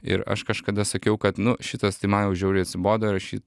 ir aš kažkada sakiau kad nu šitas tai man jau žiauriai atsibodo ir aš jį